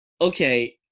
okay